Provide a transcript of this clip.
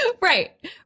right